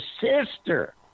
sister